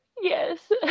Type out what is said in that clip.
yes